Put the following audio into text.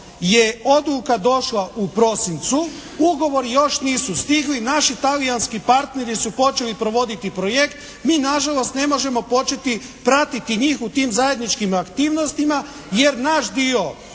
je odluka došla u prosincu, ugovori još nisu stigli, naši talijanski partneri su počeli provoditi projekt, mi na žalost ne možemo početi pratiti njih u tim zajedničkim aktivnostima jer naš dio